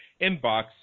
inbox